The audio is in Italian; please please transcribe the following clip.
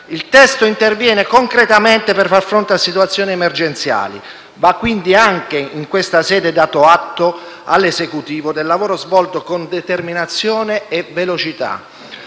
Il testo interviene concretamente per far fronte a situazioni emergenziali. Anche in questa sede va quindi dato atto all’Esecutivo del lavoro svolto con determinazione e velocità.